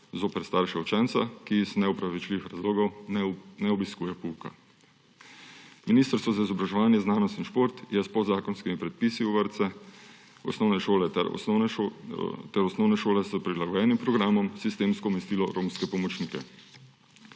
zoper starše učenca, ki iz neopravičljivih razlogov ne obiskuje pouka. Ministrstvo za izobraževanje, znanost in šport je s podzakonskimi predpisi v vrtce, v osnovne šole ter osnovne šole s prilagojenim programom sistemsko umestilo romske pomočnike.